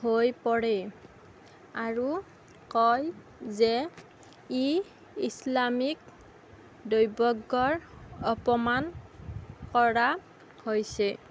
হৈ পৰে আৰু কয় যে ই ইছলামিক দৈবজ্ঞৰ অপমান কৰা হৈছে